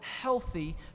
healthy